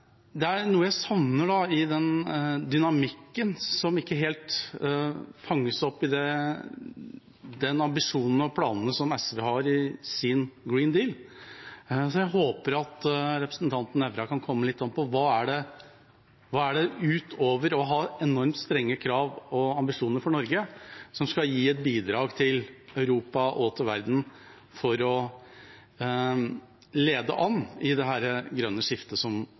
noe jeg savner i den dynamikken som ikke helt fanges opp i den ambisjonen og de planene SV har i sin Green New Deal, så jeg håper at representanten Nævra kan komme litt inn på hva det er, utover å ha enormt strenge krav og ambisjoner for Norge, som skal gi et bidrag til Europa og til verden for å lede an i dette grønne skiftet som